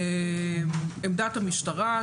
עמדת המשטרה,